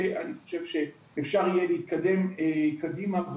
ואני חושב שאפשר יהיה להתקדם קדימה,